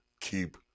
keep